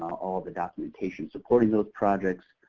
all of the documentation supporting those projects,